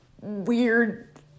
weird